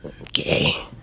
Okay